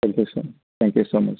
thank you sir thank you so much